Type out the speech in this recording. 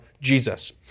Jesus